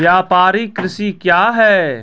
व्यापारिक कृषि क्या हैं?